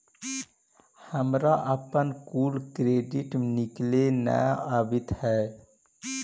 हमारा अपन कुल क्रेडिट निकले न अवित हई